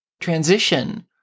transition